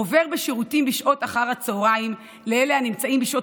עובר בשירותים בשעות אחר הצוהריים לאלה הנמצאים בשעות